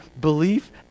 belief